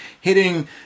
hitting